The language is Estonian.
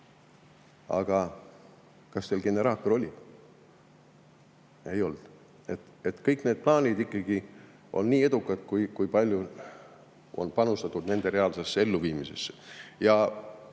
Aga kas teil generaator oli? Ei olnud. Kõik plaanid on ikkagi nii edukad, kui palju on panustatud nende reaalsesse elluviimisesse.